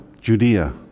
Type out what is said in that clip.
Judea